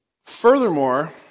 Furthermore